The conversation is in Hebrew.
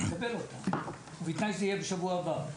אני מקבל אותה ובתנאי שזה יהיה בשבוע הבא,